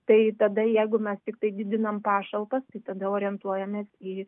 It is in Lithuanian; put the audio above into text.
tai tada jeigu mes tiktai didinam pašalpas tai tada orientuojamės į